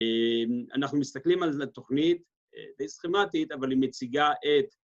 ‫אנחנו מסתכלים על התוכנית, ‫די סכמטית, אבל היא מציגה את...